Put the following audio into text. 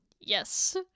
Yes